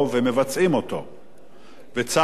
צר לי להגיד לך, אדוני היושב-ראש,